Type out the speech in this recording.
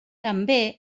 també